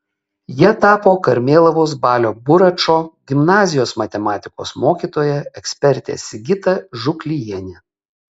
ja tapo karmėlavos balio buračo gimnazijos matematikos mokytoja ekspertė sigita žuklijienė